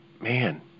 Man